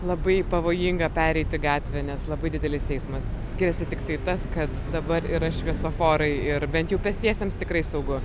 labai pavojinga pereiti gatvę nes labai didelis eismas skiriasi tiktai tas kad dabar yra šviesoforai ir bent jau pėstiesiems tikrai saugu